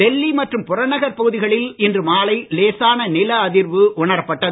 டெல்லி மற்றும் புறநகர்ப் பகுதிகளில் இன்று மாலை லேசான நில அதிர்வு உணரப்பட்டது